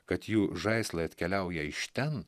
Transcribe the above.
kad jų žaislai atkeliauja iš ten